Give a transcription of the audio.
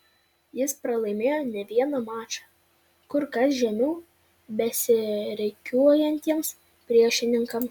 jis pralaimėjo ne vieną mačą kur kas žemiau besirikiuojantiems priešininkams